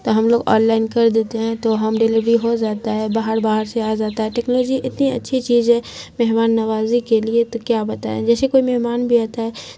تو ہم لوگ آن لائن کر دیتے ہیں تو ہوم ڈلیوری ہو جاتا ہے باہر باہر سے آ جاتا ہے ٹیکنالوجی اتنی اچھی چیز ہے مہمان نوازی کے لیے تو کیا بتائیں جیشے کوئی مہمان بھی آتا ہے تو